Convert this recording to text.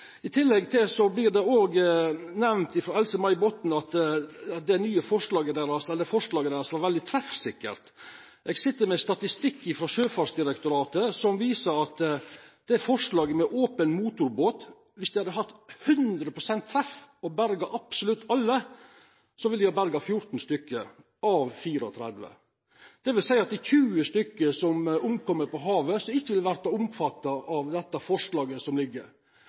tillegg nemde Else-May Botten at forslaget deira var veldig treffsikkert. Eg sit med statistikk frå Sjøfartsdirektoratet som viser noko som gjeld forslaget om open motorbåt. Dersom ein hadde hatt 100 pst. treff og berga absolutt alle, ville ein ha berga 14 av 34. Det vil seia at det er 20 personar som døyr på havet, som ikkje ville ha vore omfatta av forslaget som